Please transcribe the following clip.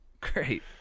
Great